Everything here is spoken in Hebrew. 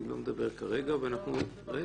יכול